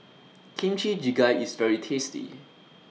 Kimchi Jjigae IS very tasty